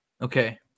Okay